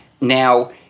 Now